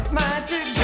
magic